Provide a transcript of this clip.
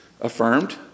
affirmed